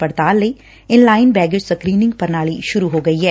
ਪੜਤਾਲ ਲਈ inline baggage screening ਪ੍ਰਣਾਲੀ ਸੁਰੂ ਹੋ ਗਈ ਏ